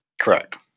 Correct